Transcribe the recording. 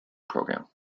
program